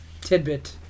tidbit